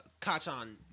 Kachan